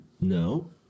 No